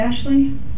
Ashley